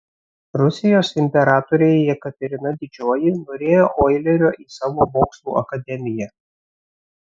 rusijos imperatorė jekaterina didžioji norėjo oilerio į savo mokslų akademiją